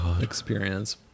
experience